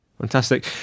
Fantastic